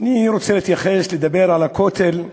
אני רוצה להתייחס, לדבר על הכותל.